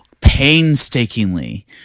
painstakingly